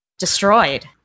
Destroyed